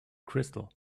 crystal